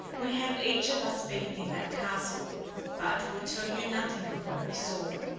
we have each of us been in that castle but will tell you nothing of what we saw,